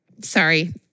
Sorry